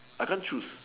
I can't choose